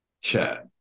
chat